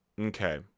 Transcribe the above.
Okay